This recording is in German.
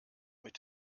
mit